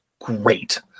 great